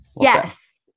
Yes